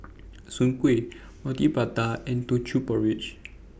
Soon Kueh Roti Prata and Teochew Porridge